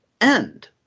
end